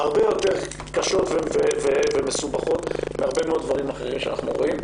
הרבה יותר קשות ומסובכות מהרבה מאוד דברים אחרים שעליהם אנחנו מדברים,